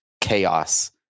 chaos